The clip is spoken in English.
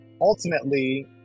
ultimately